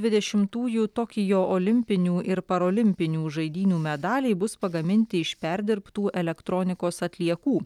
dvidešimtųjų tokijo olimpinių ir parolimpinių žaidynių medaliai bus pagaminti iš perdirbtų elektronikos atliekų